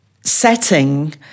setting